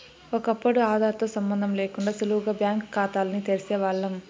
ఒకప్పుడు ఆదార్ తో సంబందం లేకుండా సులువుగా బ్యాంకు కాతాల్ని తెరిసేవాల్లం